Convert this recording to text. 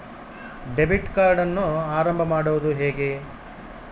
Debit ಕಾರ್ಡನ್ನು ಆರಂಭ ಮಾಡೋದು ಹೇಗೆ?